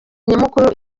nyamukuru